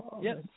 Yes